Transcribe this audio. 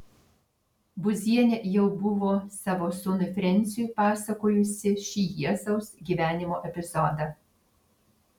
būzienė jau buvo savo sūnui frensiui pasakojusi šį jėzaus gyvenimo epizodą